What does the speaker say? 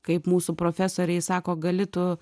kaip mūsų profesoriai sako gali tu